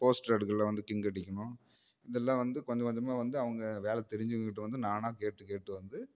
poster அடுக்கில் வந்து கிங்க் அடிக்கணும் இதில் வந்து கொஞ்சம் கொஞ்சமாக வந்து அவங்க வேலை தெரிஞ்சவங்க கிட்டே வந்து நானாக கேட்டு கேட்டு வந்து